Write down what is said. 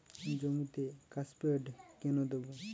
জমিতে কাসকেড কেন দেবো?